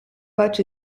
clutch